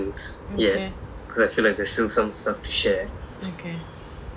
okay okay